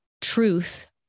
truth